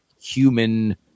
human